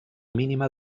mínima